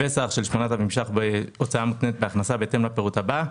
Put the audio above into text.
בסך של 8,000 אלפי שקלים בהוצאה מותנית בהכנסה בהתאם לפירוט הבא: